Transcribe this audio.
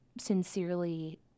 sincerely